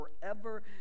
forever